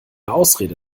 ausrede